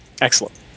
Excellent